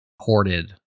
ported